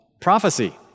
prophecy